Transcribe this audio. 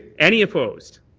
any opposed?